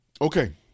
Okay